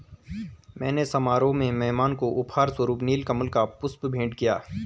मैंने समारोह में मेहमान को उपहार स्वरुप नील कमल का पुष्प भेंट किया